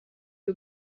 you